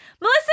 Melissa